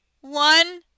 one